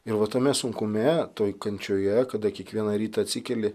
ir va tame sunkume toj kančioje kada kiekvieną rytą atsikeli